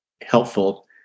helpful